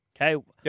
okay